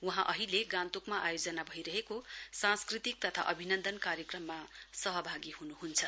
वहाँ अहिले गान्तोकमा आयोजना भइरहेको सांस्कृतिक तथा अभिन्दन कार्यक्रममा सहभागी हन्भयो